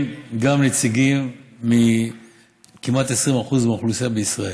גם נציגים מכמעט 20% מהאוכלוסייה בישראל.